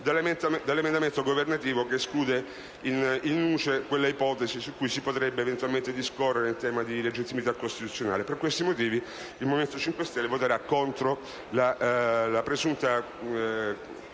dall'emendamento governativo che esclude *in nuce* quella ipotesi su cui si potrebbe eventualmente discorrere in tema di legittimità costituzionale. Per tali motivi, il Movimento 5 Stelle voterà contro la presunta